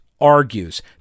argues